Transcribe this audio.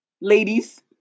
Ladies